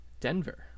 Denver